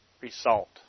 result